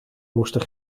moesten